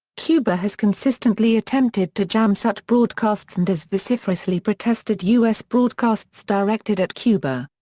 cuba has consistently attempted to jam such broadcasts and has vociferously protested u s. broadcasts directed at cuba.